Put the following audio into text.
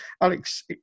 Alex